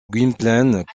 gwynplaine